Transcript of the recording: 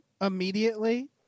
immediately